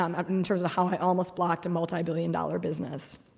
um um in terms of how i almost blocked a multi billion dollar business.